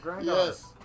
Yes